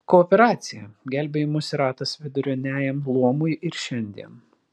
kooperacija gelbėjimosi ratas viduriniajam luomui ir šiandien